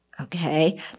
Okay